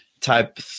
type